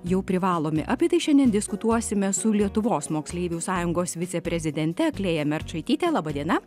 jau privalomi apie tai šiandien diskutuosime su lietuvos moksleivių sąjungos viceprezidente klėja merčaityte laba diena